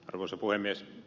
arvoisa puhemies